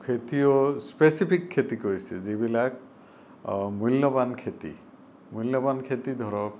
খেতিও স্পেচিফিক খেতি কৰিছে যিবিলাক মূল্যবান খেতি মূল্যবান খেতি ধৰক